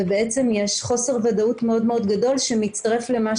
ובעצם יש חוסר ודאות מאוד גדול שמצטרף למה